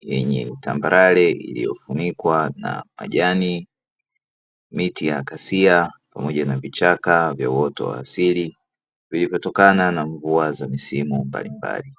yenye tambarare iliyofunikwa na majani, miti ya akasia pamoja na vichaka vya uoto wa asili, vilivyotokana na mvua za misimu mbalimbali.